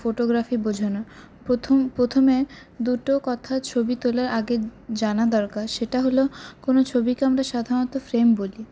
photography বোঝানোর প্রথম প্রথমে দুটো কথা ছবি তোলার আগে জানা দরকার সেটা হলো কোনো ছবিকে আমরা সাধারণত ফ্রেম বলি